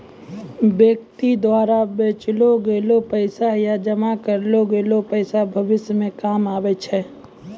व्यक्ति द्वारा बचैलो गेलो पैसा या जमा करलो गेलो पैसा भविष्य मे काम आबै छै